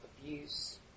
abuse